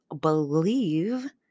believe